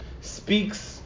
speaks